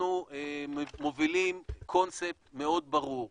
אנחנו מובילים קונספט מאוד ברור,